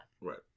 Right